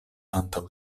antaŭ